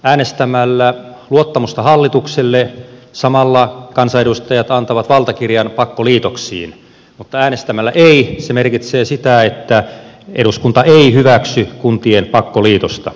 äänestämällä luottamusta hallitukselle kansanedustajat antavat samalla valtakirjan pakkoliitoksiin mutta ein äänestäminen merkitsee sitä että eduskunta ei hyväksy kuntien pakkoliitosta